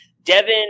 Devin